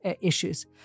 issues